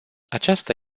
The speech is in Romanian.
aceasta